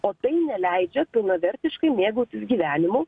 o tai neleidžia pilnavertiškai mėgautis gyvenimu